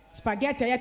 spaghetti